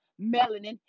melanin